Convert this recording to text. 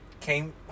came